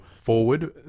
forward